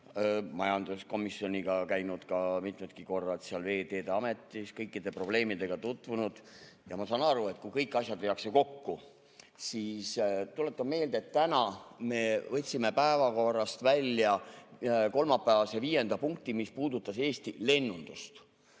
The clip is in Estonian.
majanduskomisjoniga käinud mitmedki korrad seal Veeteede Ametis, kõikide probleemidega tutvunud. Ja ma saan aru, kui kõik asjad viiakse kokku. Aga tuletan meelde, et täna me võtsime päevakorrast välja kolmapäevase viienda punkti, mis puudutas Eesti lennundust.